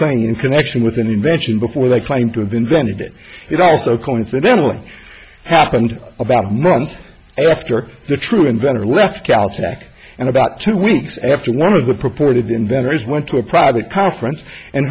thing in connection with an invention before they claim to have invented it it also coincidentally happened about a month after the true inventor left cal tech and about two weeks after one of the purported inventors went to a private conference and